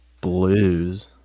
blues